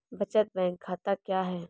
बचत बैंक खाता क्या है?